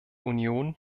union